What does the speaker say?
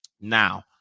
now